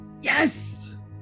Yes